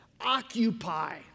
occupy